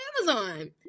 Amazon